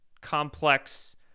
complex